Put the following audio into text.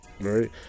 Right